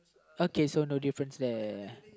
okay so no difference there